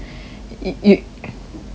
you you